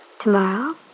Tomorrow